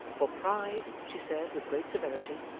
for pride, she said with great severity,